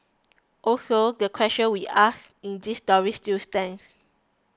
also the questions we asked in this story still stands